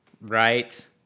right